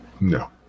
No